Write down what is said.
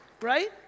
right